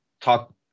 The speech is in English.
talk